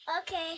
Okay